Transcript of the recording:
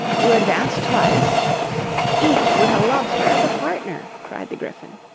you advance twice each with a lobster as a partner cried the gryphon.